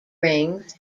rings